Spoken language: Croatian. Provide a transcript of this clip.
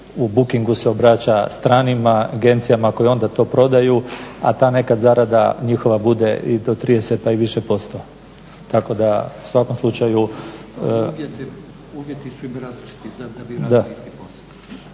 u bookingu se obraća stranim agencijama koje onda to prodaju, a ta nekad zarada njihova bude i do 30 pa i više posto. Tako da u svakom slučaju … …/Upadica Tuđman, ne čuje